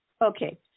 okay